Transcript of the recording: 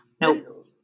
Nope